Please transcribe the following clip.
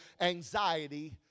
anxiety